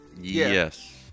Yes